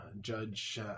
Judge